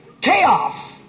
chaos